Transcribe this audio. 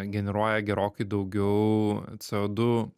generuoja gerokai daugiau co du